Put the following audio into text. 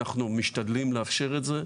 אנחנו משתדלים לאפשר את זה.